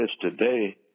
today